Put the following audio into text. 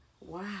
Wow